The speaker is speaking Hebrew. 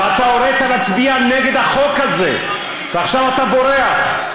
ואתה הורית להצביע נגד החוק הזה, ועכשיו אתה בורח.